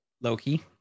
Loki